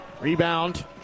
rebound